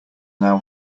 now